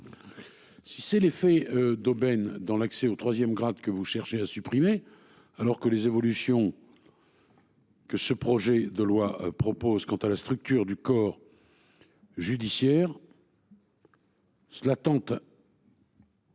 Si c'est l'effet d'aubaine dans l'accès au 3e grade que vous cherchez à supprimer, alors que les évolutions. Que ce projet de loi propose quant à la structure du corps. Judiciaire. Cela tente.